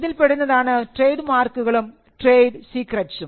ഇതിൽ പെടുന്നതാണ് ട്രേഡ് മാർക്കുകളും ട്രേഡ് സീക്രട്ട്സും